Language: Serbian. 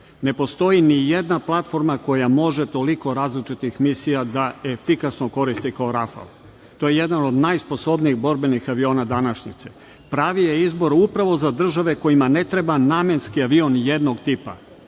Ne postoji ni jedna platforma koja može toliko različitih misija da efikasno koristi kao "Rafal". To je jedan od najsposobnijih borbenih aviona današnjice. Pravi je izbor upravo za države kojima ne treba namenski avion jednog tipa,